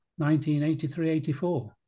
1983-84